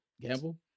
Gamble